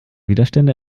widerstände